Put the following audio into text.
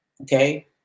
Okay